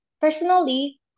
Personally